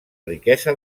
riquesa